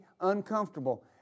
uncomfortable